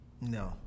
No